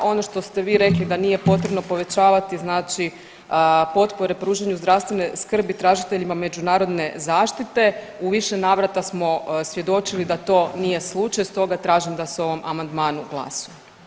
Ono što ste vi rekli da nije potrebno povećavati potpore pružanju zdravstvene skrbi tražiteljima međunarodne zaštite u više navrata smo svjedočili da to nije slučaj, stoga tražim da se o ovom amandmanu glasuje.